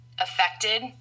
affected